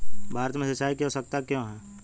भारत में सिंचाई की आवश्यकता क्यों है?